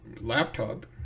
laptop